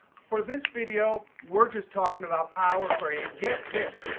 for this video, we're just talking about power query. and get this,